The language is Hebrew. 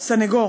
סנגור.